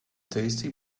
tasty